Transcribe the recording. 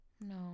No